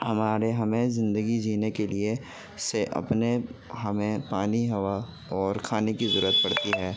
ہمارے ہمیں زندگی جینے کے لیے سے اپنے ہمیں پانی ہوا اور کھانے کی ضرورت پڑتی ہے